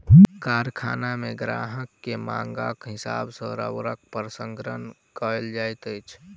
कारखाना मे ग्राहक के मांगक हिसाब सॅ रबड़क प्रसंस्करण कयल जाइत अछि